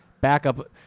Backup